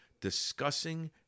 Discussing